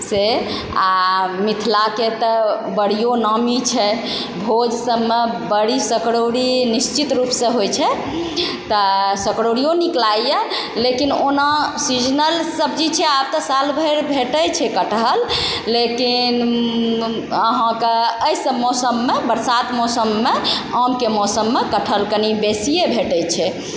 से आओर मिथिलाके तऽ बड़ियो नामी छै भोज सबमे बड़ी सकड़ौरी निश्चित रुपसँ होइ छै तऽ सकड़ौरीयो नीक लागैए लेकिन ओना सीजनल सब्जी छै ओना तऽ साल भरि भेटै छै कटहर लेकिन अहाँके एहि सब मौसममे बरसात मौसममे आमके मौसममे कटहल कनी बेसीये भेटै छै